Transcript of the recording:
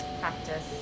practice